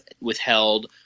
withheld